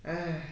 ai~